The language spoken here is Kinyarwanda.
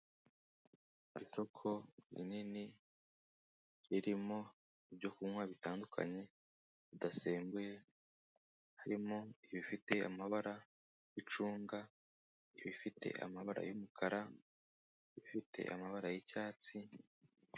Isoko rinini ririmo ibyokunywa bitandukanye bidasembuye, harimo ibifite amabara y'icunga, ibifite amabara y'umukara, ibifite amabara y'icyatsi.